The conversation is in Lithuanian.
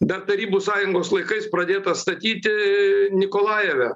dar tarybų sąjungos laikais pradėtas statyti nikolajeve